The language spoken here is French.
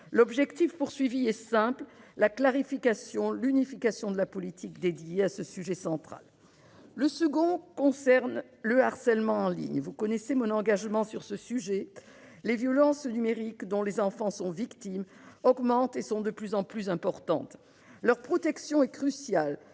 L'objectif est simple : la clarification, l'unification de la politique dans ce domaine central. Le second concerne le harcèlement en ligne. Vous connaissez mon engagement sur ce sujet. Les violences numériques dont les enfants sont victimes sont en augmentation et sont de plus en plus importantes. Leur protection est cruciale.